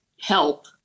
help